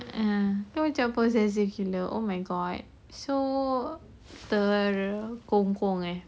ah kan macam possessive gila oh my god so terkongkong eh